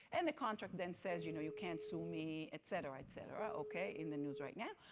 and the contract then says, you know you can't sue me, etc, etc, okay, in the news right now.